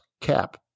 cap